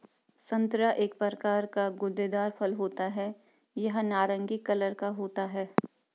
संतरा एक प्रकार का गूदेदार फल होता है यह नारंगी कलर का होता है